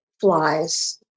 flies